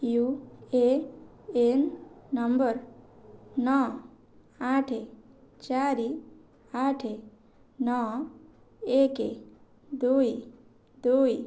you A N number ନଅ ଆଠ ଚାରି ଆଠ ନଅ ଏକ ଦୁଇ ଦୁଇ